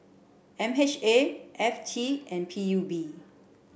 M H A F T and P U B